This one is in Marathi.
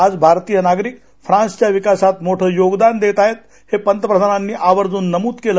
आज भारतीय नागरिक फ्रान्सच्या विकासात मोठं योगदान देत आहेत हे पंतप्रदानांनी आवर्जून नमूद केलं